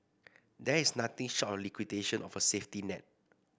there is nothing short of liquidation of a safety net